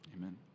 Amen